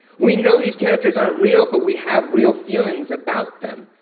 we know these characters aren't real, but we have real feelings about them,